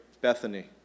Bethany